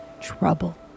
trouble